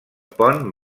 pont